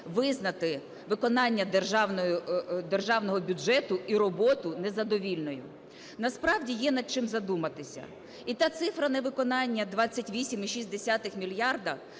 визнати виконання Державного бюджету і роботу незадовільною. Насправді є над чим задуматись. І та цифра невиконання – 28,6 мільярда